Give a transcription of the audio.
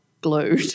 glued